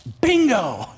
bingo